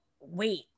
wait